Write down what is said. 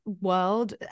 world